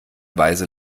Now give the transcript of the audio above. weise